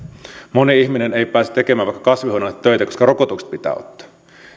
moni ihminen ei pääse tekemään vaikka kasvihuoneelle töitä koska rokotukset pitää ottaa